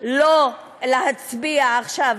לא להצביע עכשיו,